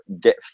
get